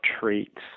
traits